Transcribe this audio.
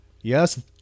yes